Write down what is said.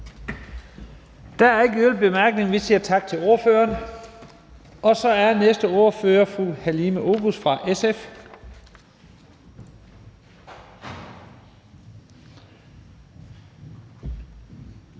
Der er ikke yderligere korte bemærkninger. Vi siger tak til ordføreren. Så er næste ordfører fru Halime Oguz fra SF.